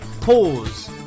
Pause